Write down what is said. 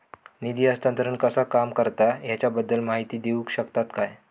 निधी हस्तांतरण कसा काम करता ह्याच्या बद्दल माहिती दिउक शकतात काय?